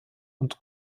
und